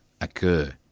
occur